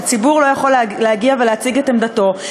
ציבור לא יכול להגיע ולהציג את עמדתו,